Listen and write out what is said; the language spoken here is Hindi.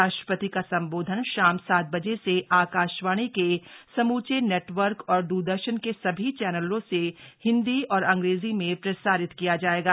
राष्ट्रपति का संबोधन शाम सात बजे से आकाशवाणी के समूचे नेटवर्क और द्रदर्शन के सभी चैनलों से हिंदी और अंग्रेजी में प्रसारित किया जाएगा